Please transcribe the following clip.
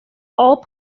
all